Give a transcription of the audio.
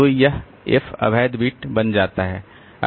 तो यह f अवैध बिट बन जाता है